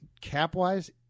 cap-wise